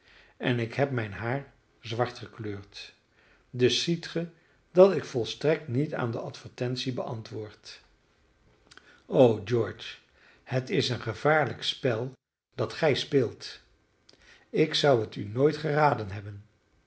en ik heb mijn haar zwart gekleurd dus ziet ge dat ik volstrekt niet aan de advertentie beantwoord o george het is een gevaarlijk spel dat gij speelt ik zou het u nooit geraden hebben